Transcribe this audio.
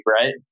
right